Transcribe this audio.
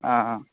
ആ ആ